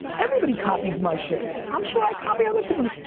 everybody copies my shit, i'm sure i copy other peoples',